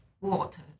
water